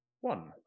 One